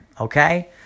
okay